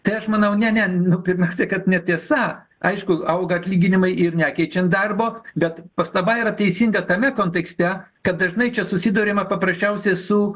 tai aš manau ne ne nu pirmiausia kad netiesa aišku auga atlyginimai ir nekeičiant darbo bet pastaba yra teisinga tame kontekste kad dažnai čia susiduriama paprasčiausiai su